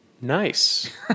Nice